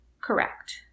Correct